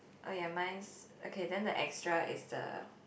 oh ya mine's okay then the extra is the